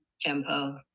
tempo